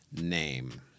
name